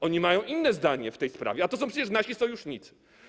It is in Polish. Oni mają inne zdanie w tej sprawie, a to są przecież nasi sojusznicy.